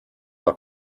doch